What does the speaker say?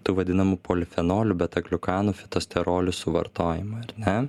tų vadinamų polifenolių betagliukanų fitosterolių suvartojimą ar ne